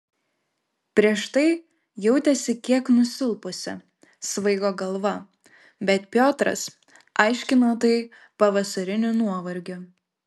prieš tai jautėsi kiek nusilpusi svaigo galva bet piotras aiškino tai pavasariniu nuovargiu